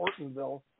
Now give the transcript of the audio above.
ortonville